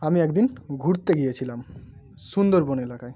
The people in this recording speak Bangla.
আমি এক দিন ঘুরতে গিয়েছিলাম সুন্দরবন এলাকায়